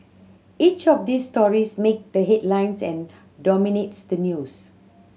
each of these stories make the headlines and dominates the news